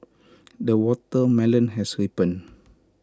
the watermelon has ripened